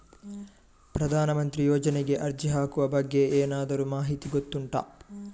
ಪ್ರಧಾನ ಮಂತ್ರಿ ಯೋಜನೆಗೆ ಅರ್ಜಿ ಹಾಕುವ ಬಗ್ಗೆ ಏನಾದರೂ ಮಾಹಿತಿ ಗೊತ್ತುಂಟ?